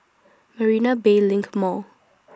Marina Bay LINK Mall